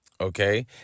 okay